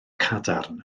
cadarn